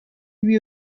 lui